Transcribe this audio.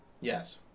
Yes